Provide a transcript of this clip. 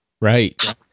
Right